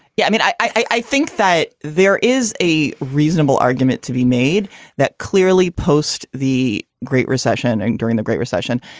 yeah. i mean, i i think that there is a reasonable argument to be made that clearly post the great recession and during the great recession.